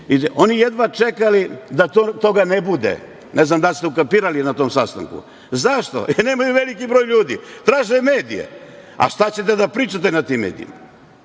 Oni su jedva čekali da toga ne bude. Ne znam da li ste ukapirali na tom sastanku. Zašto? Jer nemaju veliki broj ljudi. Traže medije, a šta ćete da pričate na tim medijima.